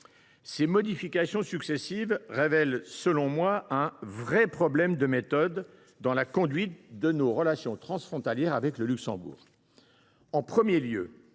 Ces modifications successives révèlent, selon moi, un véritable problème de méthode dans la conduite de nos relations transfrontalières avec le Luxembourg. Tout